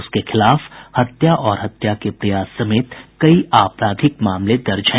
उसके खिलाफ हत्या और हत्या के प्रयास समेत कई आपराधिक मामले दर्ज हैं